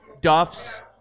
Duff's